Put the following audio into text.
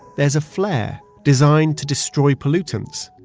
there's a flair designed to destroy pollutants,